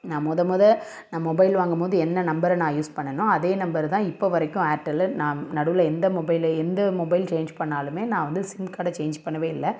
நான் முத முத நான் மொபைல் வாங்கும்போது என்ன நம்பரை நான் யூஸ் பண்ணனோ அதே நம்பரை தான் இப்போ வரைக்கும் ஏர்டெலில் நான் நடுவில் எந்த மொபைலு எந்த மொபைல் சேஞ்ச் பண்ணாலுமே நான் வந்து சிம் கார்டை சேஞ்ச் பண்ணவே இல்லை